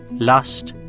lust,